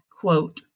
quote